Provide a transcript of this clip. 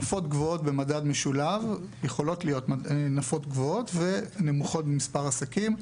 נפות גבוהות במדד משולב יכולות להיות נפות גבוהות ונמוכות במספר עסקים,